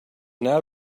now